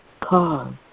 cause